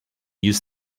use